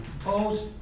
Opposed